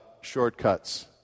shortcuts